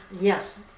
Yes